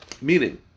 Meaning